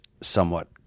somewhat